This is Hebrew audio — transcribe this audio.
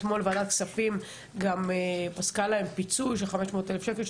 אתמול ועדת כספים פסקה להם פיצוי של 500,000 שקל,